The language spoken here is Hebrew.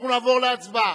אנחנו נעבור להצבעה.